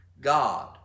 God